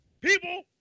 People